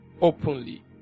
openly